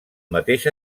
mateix